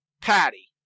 Patty